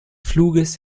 fluges